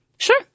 Sure